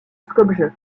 skopje